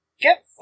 Get